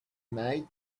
night